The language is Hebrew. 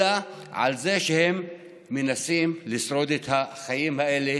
אלא על זה שהם מנסים לשרוד את החיים האלה